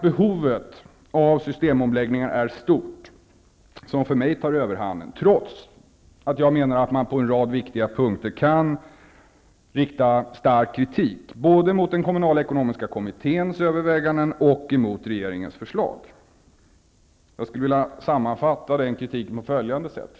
Behovet av systemomläggning är stort och tar för mig överhanden, trots att jag menar att man på en rad viktiga punkter kan rikta stark kritik mot såväl kommunalekonomiska kommitténs överväganden som regeringens förslag. Jag skulle vilja sammanfatta kritiken på följande sätt.